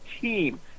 team